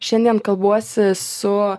šiandien kalbuosi su